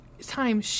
time